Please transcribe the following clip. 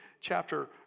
chapter